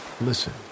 Listen